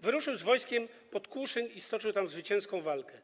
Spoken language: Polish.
wyruszył z wojskiem pod Kłuszyn i stoczył tam zwycięską walkę.